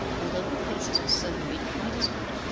although her paces were certainly quite as good.